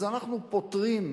אז אנחנו פותרים,